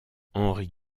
henri